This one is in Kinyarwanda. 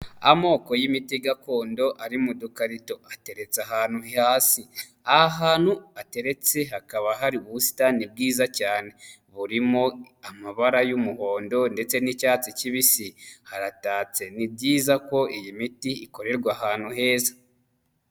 Amoko y'imiti gakondo ari mu dukarito ateretse ahantu hasi ahahantu ateretse hakaba hari ubusitani bwiza cyane burimo amabara y'umuhondo ndetse n'icyatsi kibisi haratatse ni byiza ko iyi miti ikorerwa ahantu heza.